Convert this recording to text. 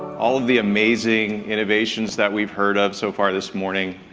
all of the amazing innovations that we've heard of, so far this morning,